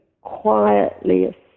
quietly